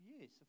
yes